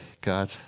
God